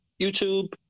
YouTube